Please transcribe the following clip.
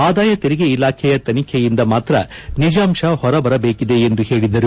ಆದಾಯ ತೆರಿಗೆ ಇಲಾಖೆಯ ತನಿಖೆಯಿಂದ ಮಾತ್ರ ನಿಜಾಂಶ ಹೊರ ಬರಬೇಕಿದೆ ಎಂದು ಹೇಳಿದರು